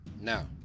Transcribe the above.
Now